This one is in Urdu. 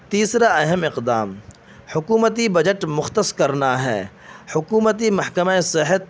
تیسرا اہم اقدام حکومتی بجٹ مختص کرنا ہے حکومتی محکمۂ صحت